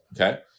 Okay